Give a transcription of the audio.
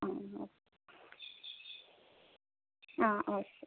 ആ ഓ ആ ഓക്കെ